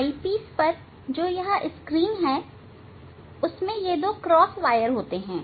इस eyepiece पर जो यह स्क्रीन है उसमें यह दो क्रॉस वायर होते हैं